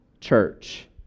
church